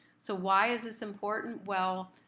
so why is this important? well,